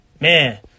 man